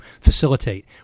facilitate